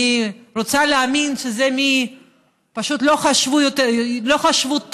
אני רוצה להאמין שפשוט לא חשבו טוב,